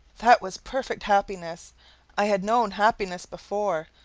that was perfect happiness i had known happiness before,